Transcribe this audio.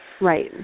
right